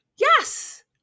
Yes